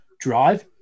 drive